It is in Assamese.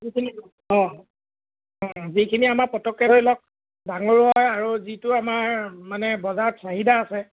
যিখিনি অঁ অঁ যিখিনি আমাৰ পটকে ধৰি লওক ডাঙৰো হয় আৰু যিটো আমাৰ মানে বজাৰত চাহিদা আছে